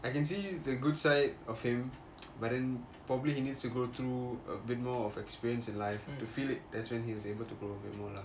I can see the good side of him but then probably he needs to go through a bit more of experience in life to feel it that's when he was able to grow a bit more lah